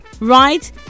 right